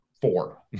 four